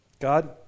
God